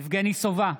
יבגני סובה,